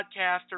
podcaster